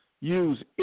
use